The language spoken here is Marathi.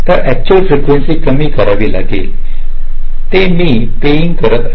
तर अक्च्युअल फ्रीकेंसी कमी करावी लागेल ती मी पेयिंग करत आहे